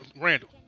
Randall